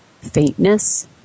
faintness